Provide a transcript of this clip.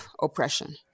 oppression